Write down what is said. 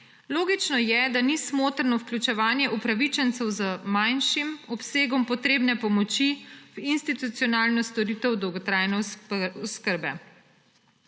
Logično je, da ni smotrno vključevanje upravičencev z manjšim obsegom potrebne pomoči v institucionalno storitev dolgotrajne oskrbe.